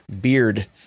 beard